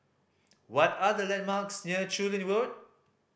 what are the landmarks near Chu Lin Road